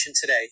today